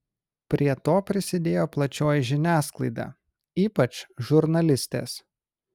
prie to prisidėjo plačioji žiniasklaida ypač žurnalistės